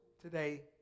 today